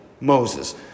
Moses